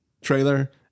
trailer